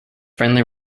friendly